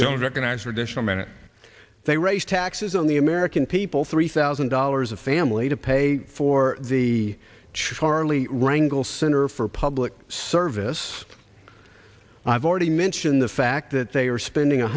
jones recognizer additional merit they raise taxes on the american people three thousand dollars a family to pay for the charlie rangle center for public service i've already mentioned the fact that they are spending